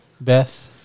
Beth